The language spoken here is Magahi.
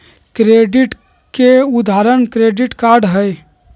क्रेडिट के उदाहरण क्रेडिट कार्ड हई